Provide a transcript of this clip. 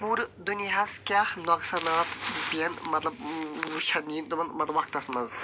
پوٗرٕ دُنیاہس کیٚاہ نۄقصانات یم مطلب وٕچھن یِم مطلب وقتس منٛز